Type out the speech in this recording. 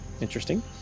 interesting